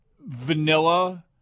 vanilla